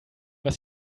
was